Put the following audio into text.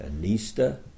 anista